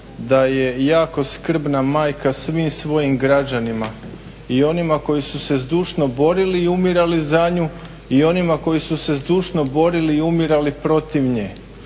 da je jako skrbna majka svim svojim građanima i onima koji su se zdušno borili i umirali za nju, i onima koji su se zdušno borili i umirali protiv nje.